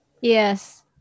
Yes